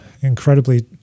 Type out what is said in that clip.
incredibly